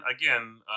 again